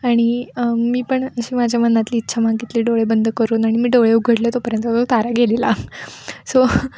आणि मी पण अशी माझ्या मनातली इच्छा मागितली डोळे बंद करून आणि मी डोळे उघडले तोपर्यंत तो तारा गेलेला सो